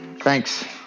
Thanks